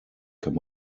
kann